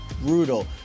brutal